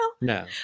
No